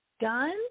Guns